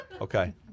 Okay